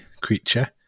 creature